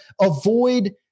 avoid